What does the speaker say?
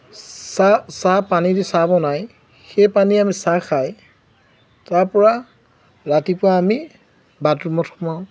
চাহ চাহ পানী দি চাহ বনায় সেই পানী আমি চাহ খাই তাৰ পৰা ৰাতিপুৱা আমি বাথৰুমত সোমাওঁ